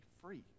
free